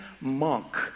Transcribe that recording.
monk